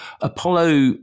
Apollo